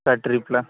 त्या ट्रीपला